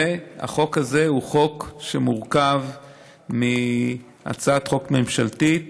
החוק הזה הוא חוק שמורכב מהצעת חוק ממשלתית